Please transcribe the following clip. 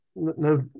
No